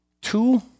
two